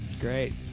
great